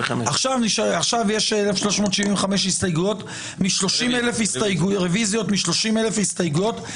עכשיו יש 1,375 רוויזיות מ-30,000 הסתייגויות,